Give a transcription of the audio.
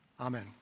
Amen